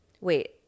Wait